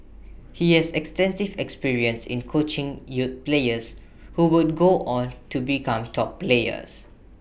he has extensive experience in coaching youth players who would go on to become top players